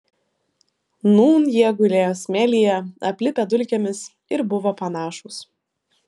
nūn jie gulėjo smėlyje aplipę dulkėmis ir buvo panašūs